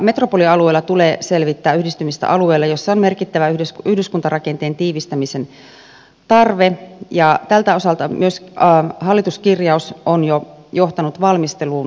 metropolialueella tulee selvittää yhdistymistä alueilla joilla on merkittävä yhdyskuntarakenteen tiivistämisen tarve ja tältä osalta myös hallituskirjaus on jo johtanut valmisteluun metropolihallinnosta